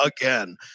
again